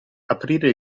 aprire